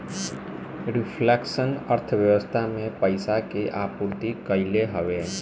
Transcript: reflection अर्थव्यवस्था में पईसा के आपूर्ति कईल हवे